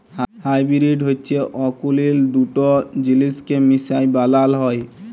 hybrid হছে অকুলীল দুট জিলিসকে মিশায় বালাল হ্যয়